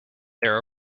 their